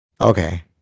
Okay